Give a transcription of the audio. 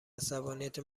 عصبانیت